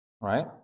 right